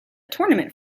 tournament